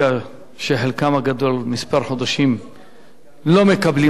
שחלקם הגדול כמה חודשים לא מקבלים משכורת,